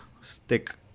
stick